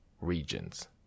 regions